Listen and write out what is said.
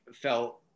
felt